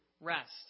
rest